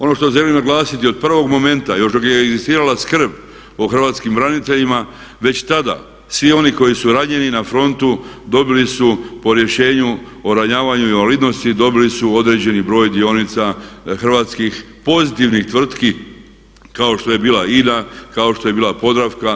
Ono što želim naglasiti, od prvog momenta, još dok je … [[Ne razumije se.]] o hrvatskim braniteljima već tada svi oni koji su ranjeni na frontu dobili su po rješenju o ranjavanju i invalidnosti dobili su određeni broj dionica hrvatskih pozitivnih tvrtki kao što je bila INA, kao što je bila Podravka.